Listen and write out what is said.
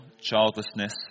childlessness